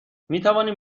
میتوانیم